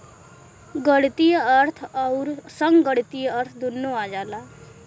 गणीतीय अर्थ अउर संगणकीय अर्थ दुन्नो आ जाला